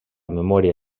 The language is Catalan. memòria